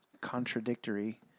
contradictory